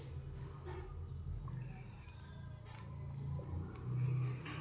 ಸುಂಕ ಅಂದ್ರ ಒಂದ್ ದೇಶ ಮತ್ತೊಂದ್ ದೇಶದಿಂದ ಆಮದ ಮಾಡಿಕೊಳ್ಳೊ ಸರಕ ಮತ್ತ ಸೇವೆಗಳ ಮ್ಯಾಲೆ ವಿಧಿಸೊ ತೆರಿಗೆ ಅಂತ